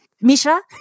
Misha